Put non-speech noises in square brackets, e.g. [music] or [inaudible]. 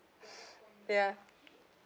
[breath] ya